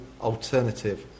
alternative